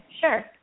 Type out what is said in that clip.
sure